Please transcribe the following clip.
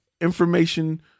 information